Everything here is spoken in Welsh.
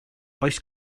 oes